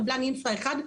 קבלן אינפרה 1,